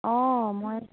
অঁ মই